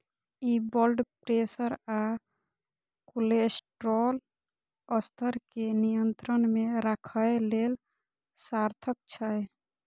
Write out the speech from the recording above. ई blood pressure आ cholesterol स्तर कें नियंत्रण मे राखै लेल सार्थक छै